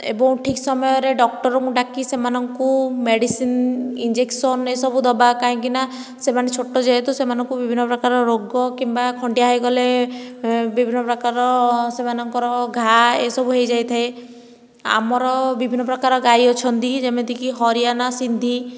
ଏବଂ ଠିକ ସମୟରେ ଡକ୍ଟରଙ୍କୁ ଡାକି ସେମାନଙ୍କୁ ମେଡ଼ିସିନ ଇଞ୍ଜେକ୍ସନ ଏସବୁ ଦେବା କାହିଁକିନା ସେମାନେ ଛୋଟ ଯେହେତୁ ସେମାନଙ୍କୁ ବିଭିନ ପ୍ରକାର ରୋଗ କିମ୍ବା ଖଣ୍ଡିଆ ହୋଇଗଲେ ବିଭିନ୍ନ ପ୍ରକାର ସେମାନଙ୍କର ଘା ଏସବୁ ହୋଇଯାଇଥାଏ ଆମର ବିଭିନ ପ୍ରକାର ଗାଈ ଅଛନ୍ତି କି ଯେମିତିକି ହରିୟାନା ସିନ୍ଧୀ